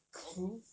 kaobu